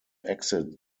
exit